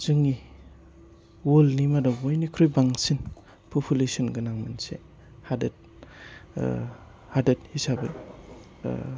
जोंनि वार्लडनि मादाव बयनिख्रुइबो बांसिन फपुलेसन गोनां मोनसे हादोर ओह होदोर हिसाबै ओह